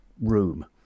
room